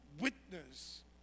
witness